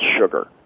sugar